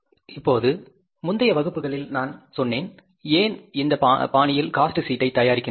இப்போது முந்தைய வகுப்புகளில் நான் சொன்னேன் ஏன் இந்த பாணியில் காஸ்ட் சீட்டை தயாரிக்கிறோம் என்று